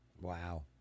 Wow